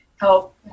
help